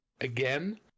again